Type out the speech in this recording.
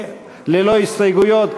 ללא הסתייגויות,